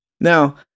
Now